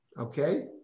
okay